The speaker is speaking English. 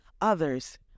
others